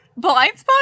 Blindspot